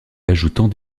ajoutant